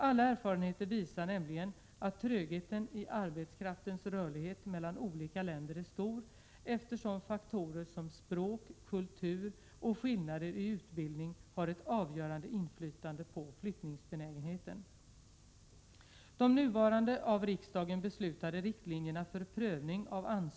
Alla erfarenheter visar nämligen att trögheten i arbetskraftens rörlighet mellan olika länder är stor eftersom faktorer som språk, kultur och skillnader i utbildning har ett avgörande inflytande på flyttningsbenägenheten. De nuvarande av riksdagen beslutade riktlinjerna för prövning av ansök = Prot.